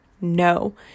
no